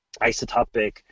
isotopic